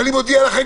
אני מודיע לכם,